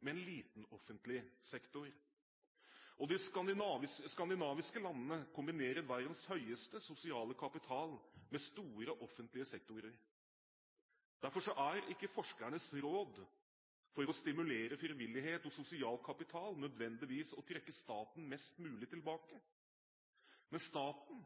med en liten offentlig sektor. De skandinaviske landene kombinerer verdens høyeste sosiale kapital med store offentlige sektorer. Derfor er ikke forskernes råd for å stimulere frivillighet og sosial kapital nødvendigvis å trekke staten mest mulig tilbake. Men staten